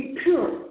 pure